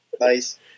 Nice